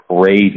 crazy